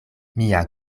mia